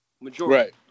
Majority